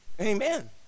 amen